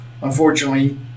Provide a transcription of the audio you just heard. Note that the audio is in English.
unfortunately